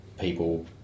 people